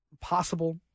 possible